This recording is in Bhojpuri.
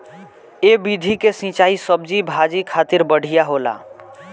ए विधि के सिंचाई सब्जी भाजी खातिर बढ़िया होला